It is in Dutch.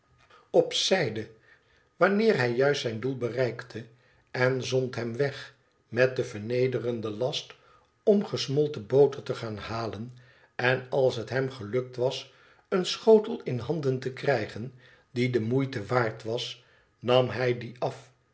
op zijde wanneer hij juist zijn doel bereikte en zond hem weg met den vernederenden last om gesmolten boter te gaan halen en als het hem gelukt was een schotel in handen te krijgen die de moeite waard was nam hij dien af